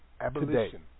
Abolition